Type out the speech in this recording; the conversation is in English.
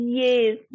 yes